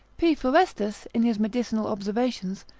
p. forestus, in his medicinal observations,